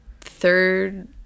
third